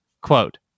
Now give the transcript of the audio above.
quote